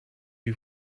you